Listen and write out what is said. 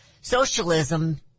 Socialism